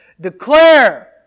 declare